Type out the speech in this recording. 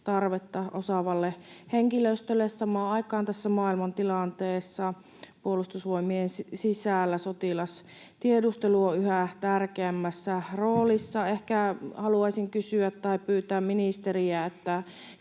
tarvetta osaavalle henkilöstölle. Samaan aikaan tässä maailmantilanteessa Puolustusvoimien sisällä sotilastiedustelu on yhä tärkeämmässä roolissa. Ehkä haluaisin kysyä tai pyytää ministeriltä: